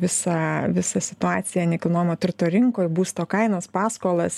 visą visą situaciją nekilnojamo turto rinkoj būsto kainos paskolas